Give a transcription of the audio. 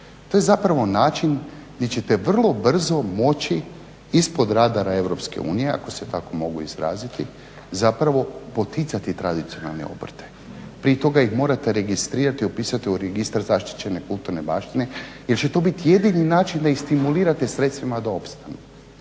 To je zapravo način gdje ćete vrlo brzo moći ispod radara EU, ako se tako mogu izraziti, zapravo poticati tradicionalne obrte. Prije toga ih morate registrirati, upisati u Registar zaštićene kulturne baštine jer će to biti jedini način da ih stimulirate sredstvima da opstanu,